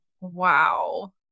Wow